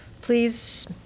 Please